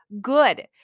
good